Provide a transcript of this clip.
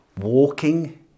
walking